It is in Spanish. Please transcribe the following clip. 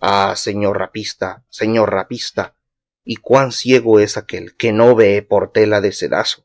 ah señor rapista señor rapista y cuán ciego es aquel que no vee por tela de cedazo